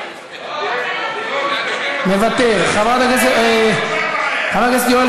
מוותר, חבר הכנסת יואל